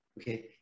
okay